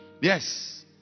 Yes